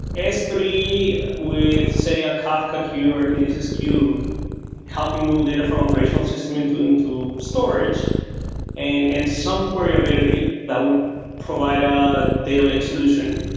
s three with, say, a kafka queue or a kinesis queue helping move data from operational system into into storage and and some query ability that would provide a um data lake solution.